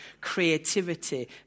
creativity